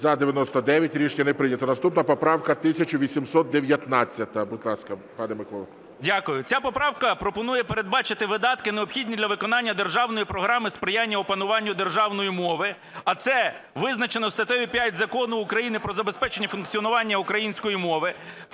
За-99 Рішення не прийнято. Наступна поправка 1819. Будь ласка, пане Миколо. 10:43:45 КНЯЖИЦЬКИЙ М.Л. Дякую. Ця поправка пропонує передбачити видатки, необхідні для виконання державної програми "Сприяння опануванню державної мови", а це визначено статтею 5 Закону України "Про забезпечення функціонування української мови".